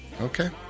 Okay